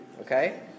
Okay